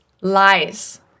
lies